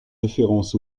référence